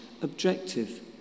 objective